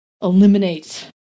eliminate